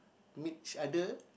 meet each other